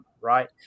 right